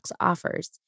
offers